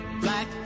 Black